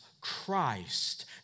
Christ